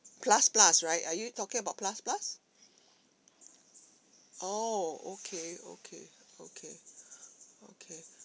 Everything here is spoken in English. plus plus right are you talking about plus plus oh okay okay okay okay